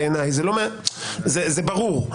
זה ברור.